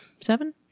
Seven